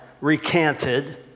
recanted